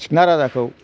सिकना राजाखौ